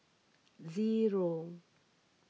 zero